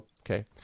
Okay